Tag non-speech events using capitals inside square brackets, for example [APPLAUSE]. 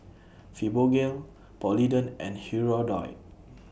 Fibogel Polident and Hirudoid [NOISE]